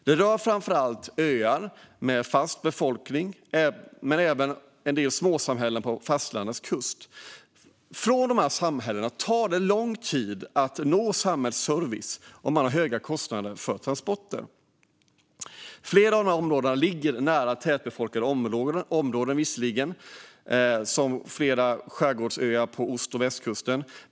Det rör framför allt öar med fast befolkning men även en del småsamhällen på fastlandets kust. Från de här samhällena tar det lång tid att nå samhällsservice, och man har höga kostnader för transporter. Flera av dessa områden ligger visserligen nära tätbefolkade områden, såsom flera skärgårdsöar på ost och västkusten.